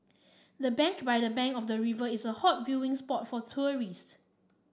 the bench by the bank of the river is a hot viewing spot for tourist